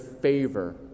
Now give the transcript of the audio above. favor